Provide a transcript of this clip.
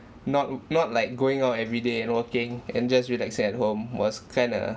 not w~ not like going out everyday and working and just relaxing at home was kind of